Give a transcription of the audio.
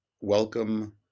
welcome